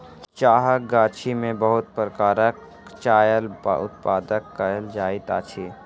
चाहक गाछी में बहुत प्रकारक चायक उत्पादन कयल जाइत अछि